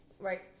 Right